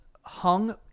Hung